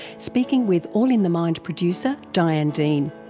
speaking with all in the mind producer diane dean.